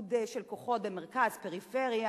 איחוד של כוחות בין מרכז ופריפריה,